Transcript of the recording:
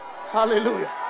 Hallelujah